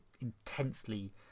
intensely